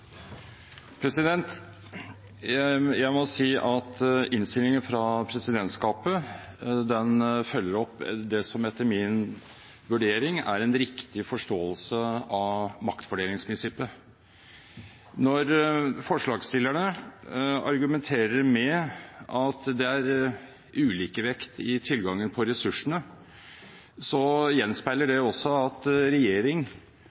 Venstre. Jeg må si at innstillingen fra presidentskapet følger opp det som etter min vurdering er en riktig forståelse av maktfordelingsprinsippet. Når forslagsstillerne argumenterer med at det er ulikevekt i tilgangen på ressursene, gjenspeiler det også at regjering